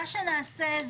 בהמשך.